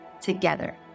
together